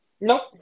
Nope